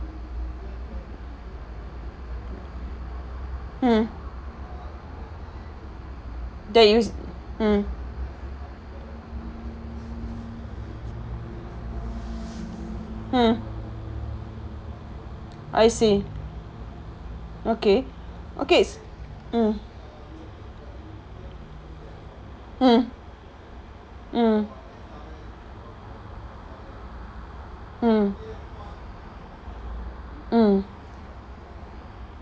mm that is mm mm I see okay okay mm mm mm mm mm